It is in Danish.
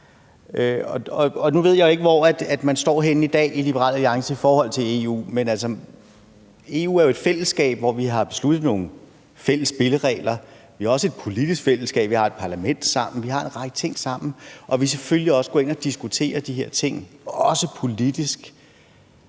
nu ved jeg ikke, hvor man i Liberal Alliance står i dag i forhold til EU, man altså, EU er jo et fællesskab, hvor vi har besluttet nogle fælles spilleregler – vi har også et politisk fællesskab, vi har et parlament sammen. Vi har en række ting sammen og vil selvfølgelig også gå ind og diskutere de her ting, også politisk.